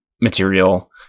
material